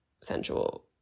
sensual